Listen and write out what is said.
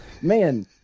man